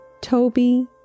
Toby